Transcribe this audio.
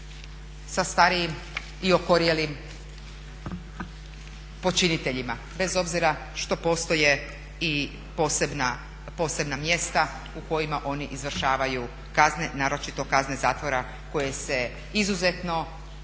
sa starijim i okorjelim počiniteljima bez obzira što postoje i posebna mjesta u kojima oni izvršavaju kazne naročito kazne zatvora koje se izuzetno